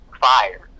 fire